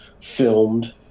filmed